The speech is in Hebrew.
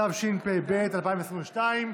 התשפ"ב 2022,